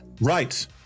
Right